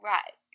Right